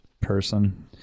person